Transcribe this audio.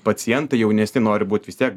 pacientai jaunesni nori būt vis tiek